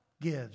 gives